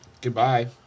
Goodbye